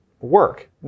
work